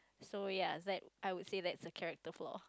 so ya is like I would say that's a character flaw